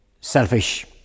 selfish